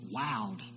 wowed